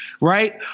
right